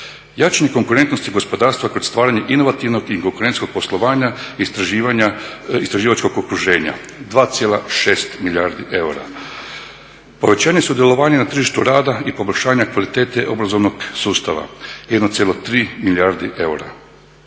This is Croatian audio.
jačanje konkurentnosti gospodarstva kod stvaranja inovativnog i konkurentskog poslovanja, istraživačkog okruženja 2,6 milijardi eura, povećanje sudjelovanja na tržištu rada i poboljšanja kvalitete obrazovnog sustava 1,3 milijardi eura.